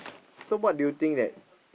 so what do you think that